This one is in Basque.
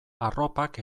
arropak